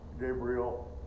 Gabriel